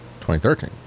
2013